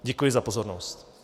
Děkuji za pozornost.